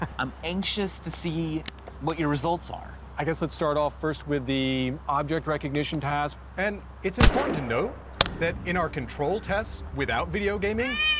um i'm anxious to see what your results are. i guess let's start off first with the object recognition task. and it's important to know that in our control tests, without video gaming,